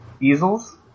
Easels